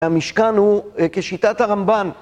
המשכן הוא כשיטת הרמב"ן